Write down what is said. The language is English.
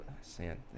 sand